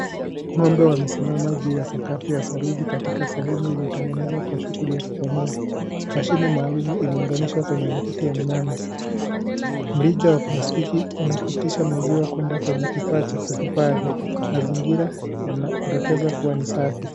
Ng'ombe wamesimama juu ya sakafu ya saruji katika sehemu iliyotengenezwa kwa shughuli ya kubomoa. Mashine maalum imeunganishwa kwenye matiti ya mnyama. Mrija wa plastiki unapitisha maziwa kwenda kwenye kifaa cha kuhifadhi. Mazingira yanadokeza kuwa ni safi.